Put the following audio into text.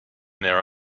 their